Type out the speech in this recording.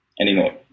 anymore